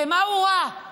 במה הוא רע?